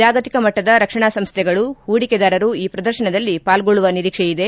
ಜಾಗತಿಕ ಮಟ್ಟದ ರಕ್ಷಣಾ ಸಂಸ್ಥೆಗಳು ಹೂಡಿಕೆದಾರರು ಈ ಪ್ರದರ್ಶನದಲ್ಲಿ ಪಾಲ್ಗೊಳ್ಳುವ ನಿರೀಕ್ಷೆಯಿದೆ